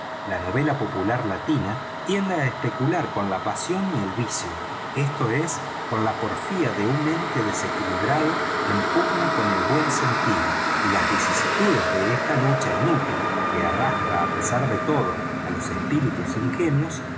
la novela popular latina tiende especular con la pasión y el vicio esto es con la porfía de un ente desequilibrado en pugna con el buen sentido y las vicisitudes de esta luoha inútil estrujan los nervios del lector y los